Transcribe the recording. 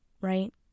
right